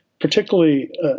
particularly